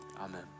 amen